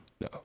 No